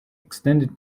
extended